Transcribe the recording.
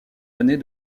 années